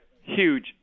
huge